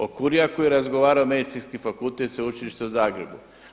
O Kurjaku je razgovarao Medicinski fakultet Sveučilišta u Zagrebu.